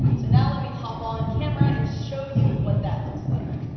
so now let me hop on camera and show you what that looks like.